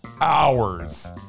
hours